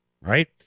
right